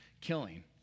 killing